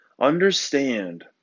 Understand